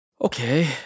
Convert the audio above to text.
Okay